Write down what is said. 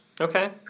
Okay